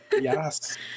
Yes